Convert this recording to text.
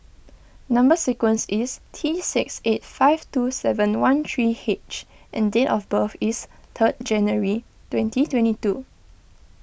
Number Sequence is T six eight five two seven one three H and date of birth is third January twenty twenty two